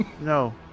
No